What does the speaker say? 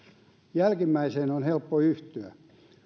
jälkimmäiseen on helppo yhtyä